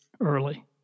early